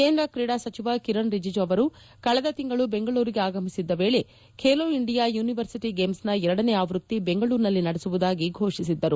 ಕೇಂದ್ರ ಕ್ರೀಡಾ ಸಚಿವ ಕಿರಣ್ ರಿಜಿಜು ಅವರು ಕಳೆದ ತಿಂಗಳು ಬೆಂಗಳೂರಿಗೆ ಆಗಮಿಸಿದ್ದ ವೇಳೆ ಖೇಲೋ ಇಂಡಿಯಾ ಯುನಿವರ್ಸಿಟಿ ಗೇಮ್ಸ್ನ ಎರಡನೇ ಆವೃತ್ತಿ ಬೆಂಗಳೂರಿನಲ್ಲಿ ನಡೆಸುವುದಾಗಿ ಘೋಷಿಸಿದ್ದರು